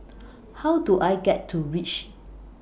How Do I get to REACH